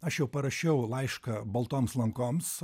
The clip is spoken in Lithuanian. aš jau parašiau laišką baltoms lankoms